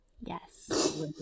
Yes